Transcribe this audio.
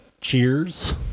Cheers